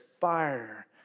fire